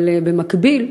אבל במקביל,